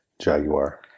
Jaguar